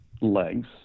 legs